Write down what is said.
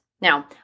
Now